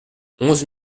onze